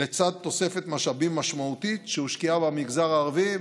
לצד תוספת משאבים משמעותית שהושקעה במגזר הערבי.